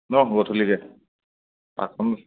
গধূলিকৈ পাঁচটামানত